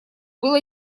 было